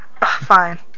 fine